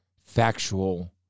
factual